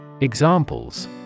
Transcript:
Examples